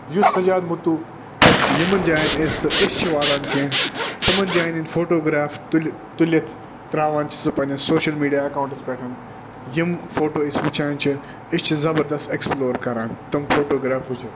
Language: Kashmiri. یُس سَجاد مٔتوٗ اَسہِ یِمَن جایَن أسۍ أسۍ چھِ واتان کیٚنٛہہ تِمَن جایَن ہِنٛدۍ فوٹوگرٛیف تُلہِ تُلِتھ ترٛاوان چھِ سُہ پَنٛنِس سوشَل میٖڈیا اٮ۪کاوُنٛٹَس پٮ۪ٹھ یِم فوٹو أسۍ وٕچھان چھِ أسۍ چھِ زَبردست اٮ۪کٕسپلور کَران تِم فوٹوگرٛیف وٕچھِتھ